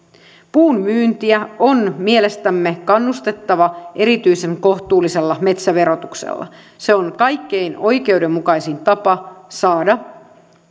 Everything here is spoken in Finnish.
puun myyntiä on mielestämme kannustettava erityisen kohtuullisella metsäverotuksella se on kaikkein oikeudenmukaisin tapa saada